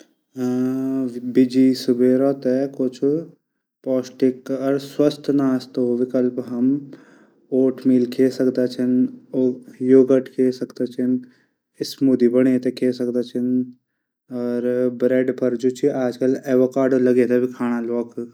बिजी सुबेरो थै पौष्टिक और स्वस्थ नाश्ता विकल्प हम ओट मिल खै सकदा छन। यूयबट खै सकदा छन। स्मूदी बणै थै खै सकदा छन। अर ब्रेड पर एवकारड लगै खै सकदा छन।